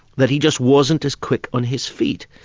that he just wasn't as quick on his feet.